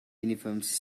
uniforms